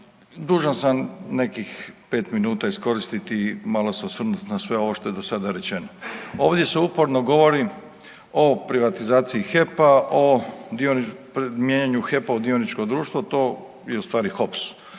Dužan sam nekih pet minuta iskoristiti i malo se osvrnuti na sve ovo što je do sada rečeno. Ovdje se uporno govori o privatizaciji HEP-a, o mijenjanju HEP-a u dioničko društvo, to je ustvari HOPS